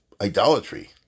idolatry